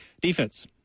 Defense